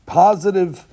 positive